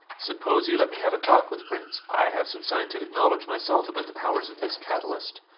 suppose you let me have a talk with prince? i have some scientific knowledge myself about the powers of this catalyst.